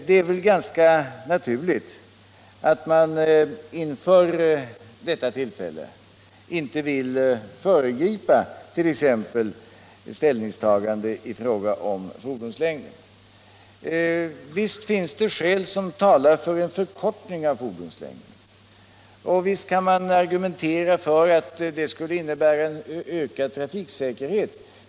Det är väl ganska naturligt att man inte vill föregripa detta tillfälle t.ex. genom ett ställningstagande till fordonslängden. Visst finns det skäl som talar för en förkortning av fordonslängden, och visst kan man argumentera för att det skulle innebära en ökad trafiksäkerhet.